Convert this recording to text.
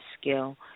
skill